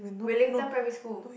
Wellington primary school